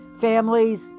Families